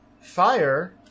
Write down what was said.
Fire